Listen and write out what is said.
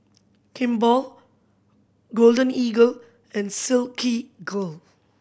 Kimball Golden Eagle and Silkygirl